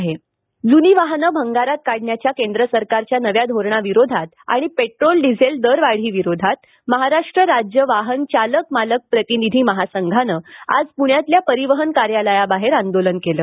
RTO आंदोलन जूनी वाहनं भंगारात काढण्याच्या केंद्र सरकारच्या नव्या धोरणाविरोधात आणि पेट्रोल डिझेल दरवाढीविरोधात महाराष्ट्र राज्य वाहन चालक मालक प्रतिनिधी महासंघानं आज प्ण्यातील परिवहन कार्यालयाबाहेर आंदोलन केलं